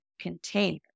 container